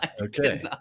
Okay